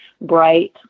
bright